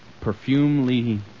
perfumely